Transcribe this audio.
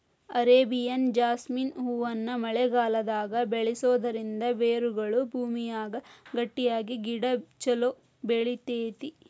Arabian jasmine ಹೂವನ್ನ ಮಳೆಗಾಲದಾಗ ಬೆಳಿಸೋದರಿಂದ ಬೇರುಗಳು ಭೂಮಿಯಾಗ ಗಟ್ಟಿಯಾಗಿ ಗಿಡ ಚೊಲೋ ಬೆಳಿತೇತಿ